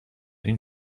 این